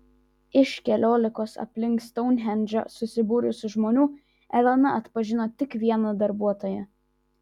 iš keliolikos aplink stounhendžą susibūrusių žmonių elena atpažino tik vieną darbuotoją